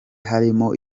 harimo